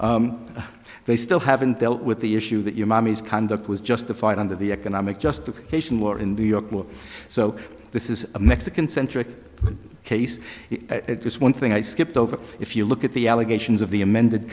they still haven't dealt with the issue that your mommy's conduct was justified under the economic justification or in new york law so this is a mexican centric case just one thing i skipped over if you look at the allegations of the amended